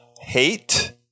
hate